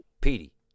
Petey